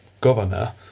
Governor